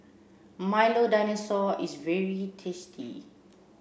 Milo Dinosaur is very tasty